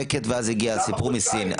אבל חודשיים היה שקט ואז הגיע הסיפור מסין.